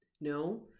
No